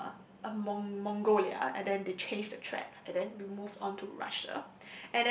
uh uh Mong~ Mongolia and then they change the track and then we move on to Russia